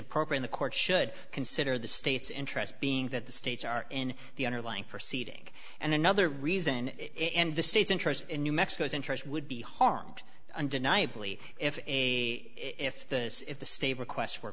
program the court should consider the state's interest being that the states are in the underlying proceeding and another reason it and the state's interest in new mexico's interest would be harmed undeniably if a if this if the state requests for